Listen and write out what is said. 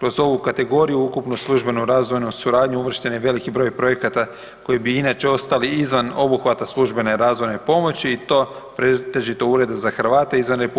Kroz ovu kategoriju ukupno u službenu razvojnu suradnju uvršten je veliki broj projekata koji bi inače ostali izvan obuhvata službene razvojne pomoći i to pretežito ureda za Hrvate izvan RH